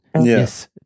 yes